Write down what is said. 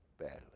badly